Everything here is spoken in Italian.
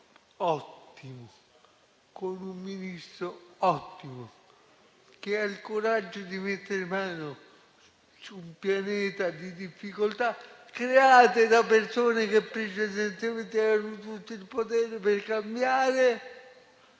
ottimo, con un Ministro ottimo, che ha il coraggio di mettere mano a un pianeta di difficoltà create da persone che precedentemente hanno avuto tutto il potere per cambiare,